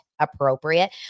appropriate